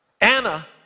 Anna